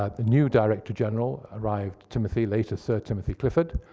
ah the new director general arrived, timothy, later sir timothy clifford,